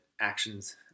actions